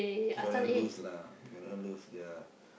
when I lose lah when I lose ya